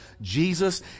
Jesus